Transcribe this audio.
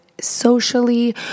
socially